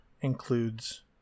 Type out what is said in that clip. includes